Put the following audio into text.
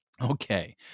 Okay